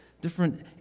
different